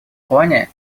плане